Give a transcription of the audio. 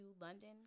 London